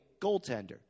goaltender